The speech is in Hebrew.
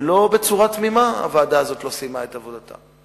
שלא בצורה תמימה הוועדה הזאת לא סיימה את עבודתה,